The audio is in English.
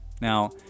now